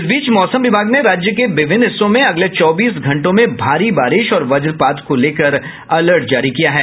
इस बीच मौसम विभाग ने राज्य के विभिन्न हिस्सों में अगले चौबीस घंटों में भारी बारिश और वज्रपात को लेकर अलर्ट जारी किया है